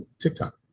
TikTok